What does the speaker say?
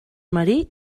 marí